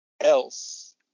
else